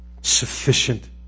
sufficient